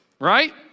right